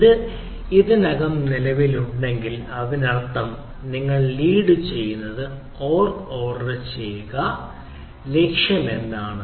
ഇത് ഇതിനകം നിലവിലുണ്ടെങ്കിൽ അതിനർത്ഥം നിങ്ങൾ റീഡ് ചെയ്യുന്നത് ഓർഗ് ഓർഡർ ചെയ്യുക നമ്മളുടെ ലക്ഷ്യം എന്താണ്